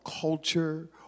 culture